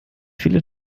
viele